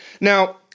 Now